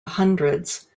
hundreds